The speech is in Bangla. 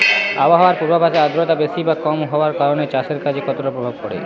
আবহাওয়ার পূর্বাভাসে আর্দ্রতা বেশি বা কম হওয়ার কারণে চাষের কাজে কতটা প্রভাব পড়ে?